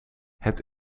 het